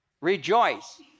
rejoice